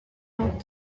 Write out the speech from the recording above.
out